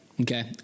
Okay